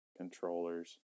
controllers